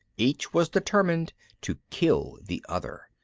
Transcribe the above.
each was determined to kill the other.